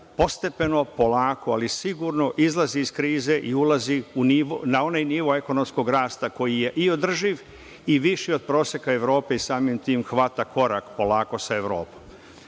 postepeno, polako, ali sigurno izlazi iz krize i ulazi na onaj nivo ekonomskog rasta koji je i održiv i viši od proseka Evrope i samim tim hvata korak polako sa Evropom. To